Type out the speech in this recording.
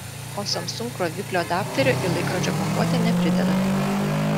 o samsung kroviklio adapterio į laikrodžio pakuotę neprideda